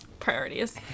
priorities